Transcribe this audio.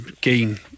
gain